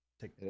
Take